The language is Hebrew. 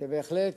שבהחלט